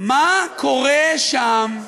מה קורה שם?